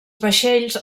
vaixells